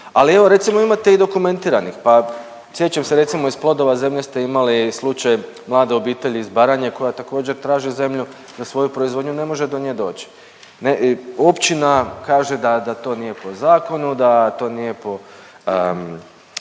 ali evo, recimo, imate i dokumentiranih, pa sjećam se, recimo, iz Plodova zemlje ste imali slučaj mlade obitelji iz Baranje koja također, traži zemlju za svoju proizvodnju, ne može do nje doći. Ne, općina kaže da to nije po zakonu, da to nije po